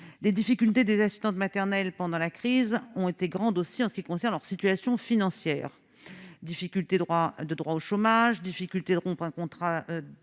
les difficultés des assistantes maternelles pendant la crise, on était grande aux sciences qui concerne leur situation financière difficultés droit, de droit au chômage, difficulté de rompre un contrat